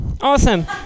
awesome